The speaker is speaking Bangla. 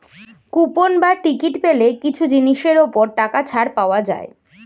কুপন বা টিকিট পেলে কিছু জিনিসের ওপর টাকা ছাড় পাওয়া যায়